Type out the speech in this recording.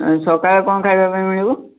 ସକାଳେ କ'ଣ ଖାଇବା ପାଇଁ ମିଳିବ